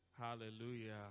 hallelujah